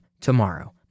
tomorrow